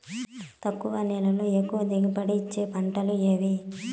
తక్కువ నీళ్లతో ఎక్కువగా దిగుబడి ఇచ్చే పంటలు ఏవి?